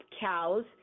cows